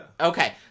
Okay